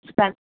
sun